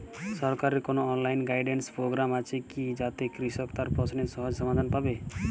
সরকারের কোনো online guidance programme আছে কি যাতে কৃষক তার প্রশ্নের সহজ সমাধান পাবে?